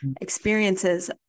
experiences